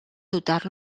dotar